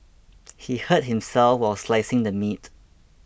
he hurt himself while slicing the meat